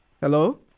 Hello